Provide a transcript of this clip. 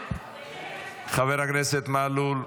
חבר הכנסת מלול.